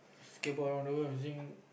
skateboard around the world using